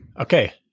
Okay